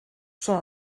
són